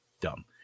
Dumb